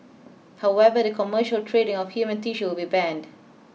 however the commercial trading of human tissue will be banned